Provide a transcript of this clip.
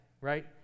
right